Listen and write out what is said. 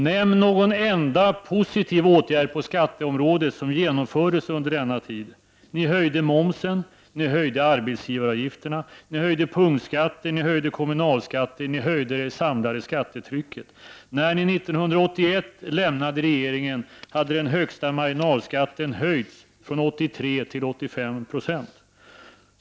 Nämn någon enda positiv åtgärd på skatteområdet som genomfördes under denna tid! Ni höjde momsen, ni höjde arbetsgivar avgifterna, ni höjde punktskatter, ni höjde kommunalskatten — ni höjde det samlade skattetrycket. När ni 1981 lämnade regeringen hade den högsta marginalskatten höjts från 83 till 85 960.